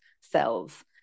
cells